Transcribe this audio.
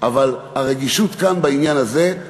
אבל הרגישות כאן בעניין הזה,